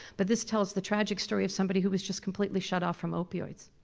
but this tells the tragic story of somebody who was just completely shut off from opioids.